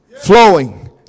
flowing